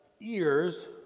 ears